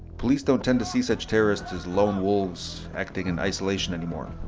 police don't tend to see such terrorists as lone wolves acting in isolation anymore.